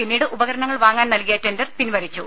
പിന്നീട് ഉപകരണങ്ങൾ വാങ്ങാൻ നൽകിയ ടെണ്ടർ പിൻവലിച്ചു